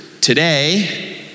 today